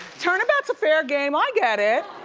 turnabout's a fair game, i get it.